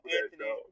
Anthony